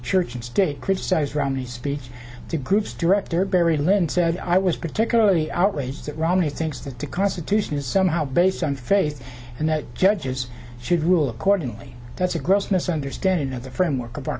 church and state criticized romney's speech to groups director barry lynn said i was particularly outraged that romney thinks that the constitution is somehow based on faith and that judges should rule accordingly that's a gross misunderstanding of the framework of our